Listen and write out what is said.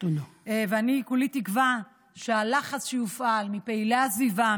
אני כולי תקווה שהלחץ שיופעל מפעילי הסביבה,